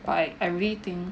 but like everything